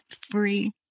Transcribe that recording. free